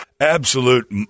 absolute